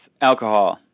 alcohol